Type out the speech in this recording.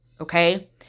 Okay